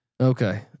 Okay